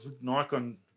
nikon